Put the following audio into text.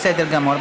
בסדר גמור.